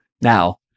now